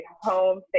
home